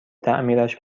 تعمیرش